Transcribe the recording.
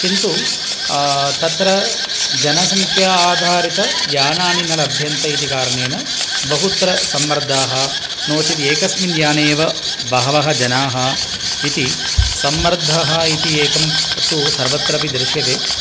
किन्तु तत्र जनसंख्या आधारित यानानि न लभ्यन्ते इति कारणेन बहुत्र सम्मर्धाः नो चेत् एकस्मिन् याने एव बहवः जनाः इति सम्मर्धः इति एकं तु सर्वत्रापि दृश्यते